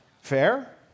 Fair